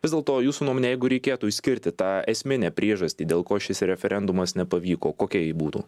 vis dėlto jūsų nuomone jeigu reikėtų išskirti tą esminę priežastį dėl ko šis referendumas nepavyko kokia ji būtų